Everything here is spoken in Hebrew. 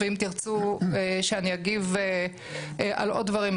ואם תרצו שאני אגיד על עוד דברים,